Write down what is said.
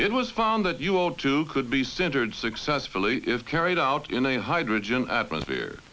it was found that you all too could be centered successfully carried out in a hydrogen atmosphere